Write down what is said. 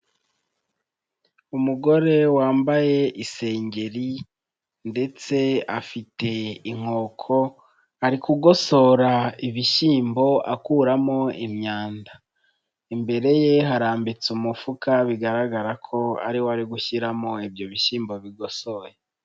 Umugore wambaye isengeri ndetse afite inkoko, ari kugosora ibishyimbo akuramo imyanda, imbere ye harambitse umufuka bigaragara ko ariwo ari gushyiramo ibyo bishyimbo bigosoye.